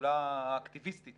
לפעולה אקטיביסטית